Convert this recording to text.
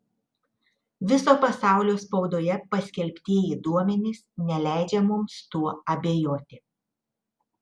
viso pasaulio spaudoje paskelbtieji duomenys neleidžia mums tuo abejoti